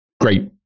great